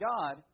God